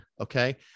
Okay